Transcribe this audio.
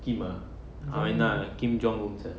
kim ah china kim jong un sir